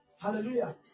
Hallelujah